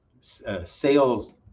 sales